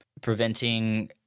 preventing